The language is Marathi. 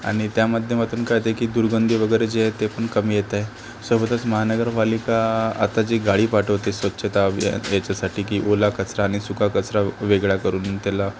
आणि त्या माध्यामातून कळतं आहे की दुर्गंधी वगैरे जे आहेत ते पण कमी येत आहे सोबतच महानगरपालिका आता जी गाडी पाठवते स्वच्छता अभियान याच्यासाठी की ओला कचरा आणि सुका कचरा वेगळा करून त्याला